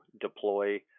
deploy